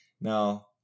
now